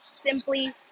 simply